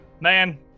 man